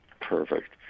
Perfect